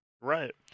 Right